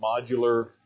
modular